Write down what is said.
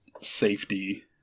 safety